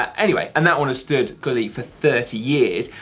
anyway, and that one has stood clearly for thirty years.